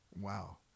Wow